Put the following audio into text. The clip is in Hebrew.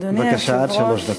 אדוני היושב-ראש,